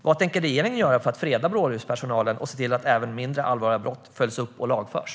Vad tänker regeringen göra för att freda blåljuspersonalen och se till att även mindre allvarliga brott följs upp och lagförs?